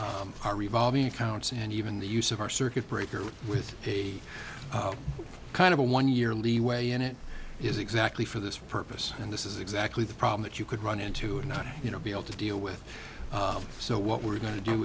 our revolving accounts and even the use of our circuit breaker with a kind of a one year leeway in it is exactly for this purpose and this is exactly the problem that you could run into and not you know be able to deal with so what we're going to do